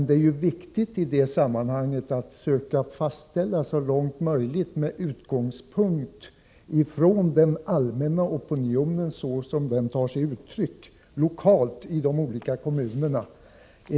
Det är viktigt att man i det sammanhanget söker fastställa att det, så långt möjligt, bör tas stor hänsyn till den allmänna opinionen, såsom den lokalt tar sig uttryck i de olika kommunerna.